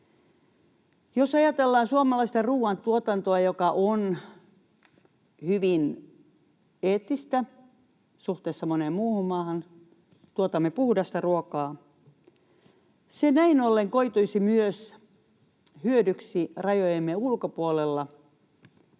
Jos ajatellaan suomalaisten ruoantuotantoa, joka on hyvin eettistä suhteessa moneen muuhun maahan — tuotamme puhdasta ruokaa — se näin ollen koituisi myös hyödyksi rajojemme ulkopuolella,